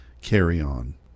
carry-on